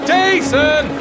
Jason